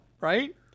right